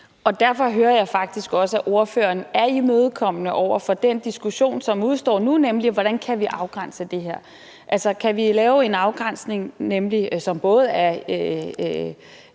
Derfor hører jeg faktisk også, at ordføreren er imødekommende over for den diskussion, som udestår nu, nemlig hvordan vi kan afgrænse det her, altså om vi kan lave en afgrænsning, som både er